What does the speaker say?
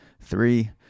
three